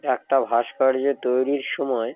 একটা ভাস্কর্য তৈরির সময়